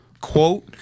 Quote